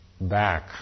back